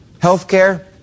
Healthcare